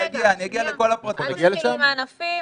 אני אגיע לכל הפרטים,